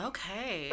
Okay